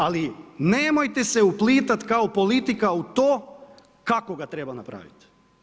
Ali nemojte se uplitat kao politika u to kako ga treba napraviti.